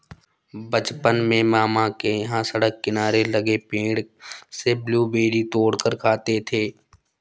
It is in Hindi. बचपन में मामा के यहां सड़क किनारे लगे पेड़ से ब्लूबेरी तोड़ कर खाते थे